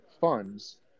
funds